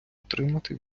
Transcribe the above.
отримати